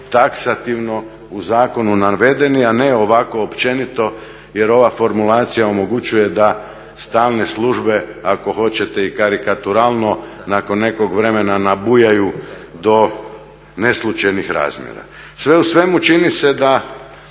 taksativno u zakonu navedeni a ne ovako općenito jer ova formulacija omogućuje da stalne službe, ako hoćete i karikaturalno nakon nekog vremena nabujaju do neslućenih razmjera. Sve u svemu čini se da